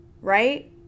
Right